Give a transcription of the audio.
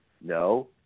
No